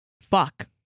Fuck